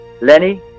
Lenny